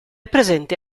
presente